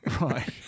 Right